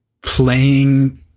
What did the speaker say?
playing